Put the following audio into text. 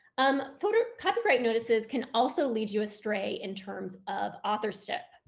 um photo copyright notices can also lead you astray in terms of authorship,